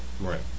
Right